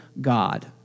God